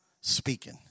speaking